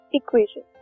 equation